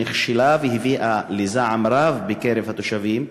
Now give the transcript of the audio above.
שנכשלה והביאה לזעם רב בקרב התושבים,